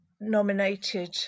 nominated